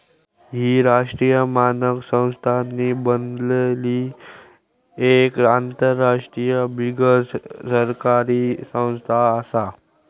ही राष्ट्रीय मानक संस्थांनी बनलली एक आंतरराष्ट्रीय बिगरसरकारी संस्था आसा